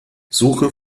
suche